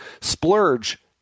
splurge